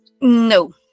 No